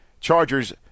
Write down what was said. Chargers